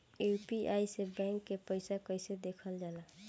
UPI से bank के पैसा कैसे देखल जाला?